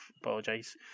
apologise